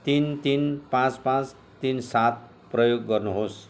तिन तिन पाँच पाँच तिन सात प्रयोग गर्नुहोस्